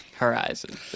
horizon